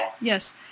Yes